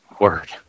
word